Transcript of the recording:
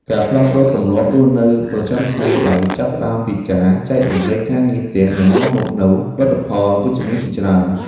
ការផ្លាស់ប្តូរទម្លាប់រស់នៅប្រចាំថ្ងៃដោយចាប់ផ្តើមពីការចែករំលែកការងារផ្ទះនឹងនាំមកនូវលទ្ធផលវិជ្ជមានជាច្រើន។